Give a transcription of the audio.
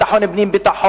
ביטחון פנים וביטחון,